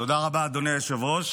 תודה רבה, אדוני היושב-ראש.